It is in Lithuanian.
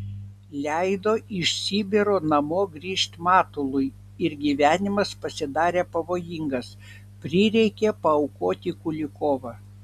leido iš sibiro namo grįžt matului ir gyvenimas pasidarė pavojingas prireikė paaukoti kulikovą